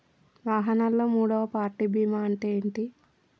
వాహనాల్లో మూడవ పార్టీ బీమా అంటే ఏంటి?